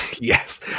Yes